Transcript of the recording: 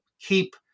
keep